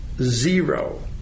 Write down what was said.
Zero